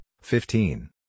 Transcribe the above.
fifteen